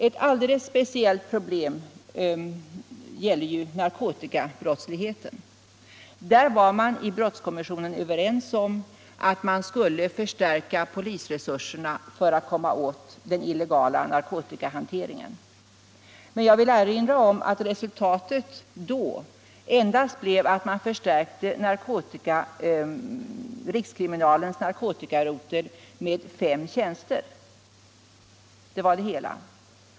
Ett alldeles speciellt problem gäller narkotikabrottsligheten. I brottskommissionen var man överens om att man skulle förstärka polisresurserna för att komma åt den illegala narkotikahanteringen. Men jag vill erinra om att resultatet då endast blev att man förstärkte rikskriminalens narkotikarotel med fem tjänster — det var det hela.